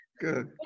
Good